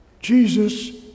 Jesus